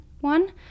one